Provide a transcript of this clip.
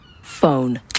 Phone